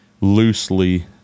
loosely